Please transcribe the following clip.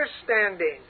understanding